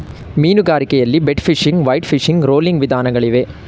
ಮೀನುಗಾರಿಕೆಯಲ್ಲಿ bait fishing, flight fishing, rolling ವಿಧಾನಗಳಿಗವೆ